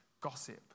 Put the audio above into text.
gossip